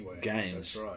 games